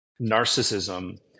narcissism